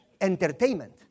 entertainment